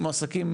מועסקים